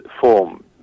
form